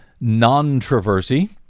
non-traversy